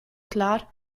klar